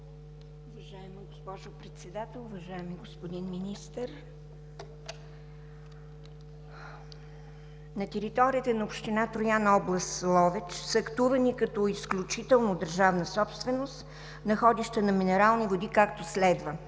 Уважаема госпожо Председател, уважаеми господин Министър! На територията на община Троян, област Ловеч, са актувани като изключително държавна собственост находища на минерални води, както следва: